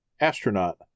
astronaut